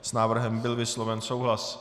S návrhem byl vysloven souhlas.